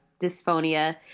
dysphonia